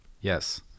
Yes